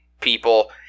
people